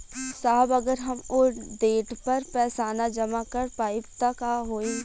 साहब अगर हम ओ देट पर पैसाना जमा कर पाइब त का होइ?